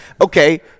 Okay